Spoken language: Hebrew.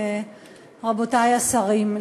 רבותי השרים,